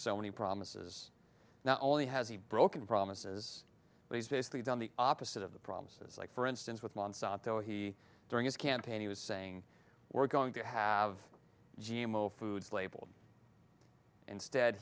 many promises now only has he broken promises but he's basically done the opposite of the promises like for instance with monsanto he during his campaign he was saying we're going to have g m o foods labeled instead